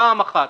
פעם אחת.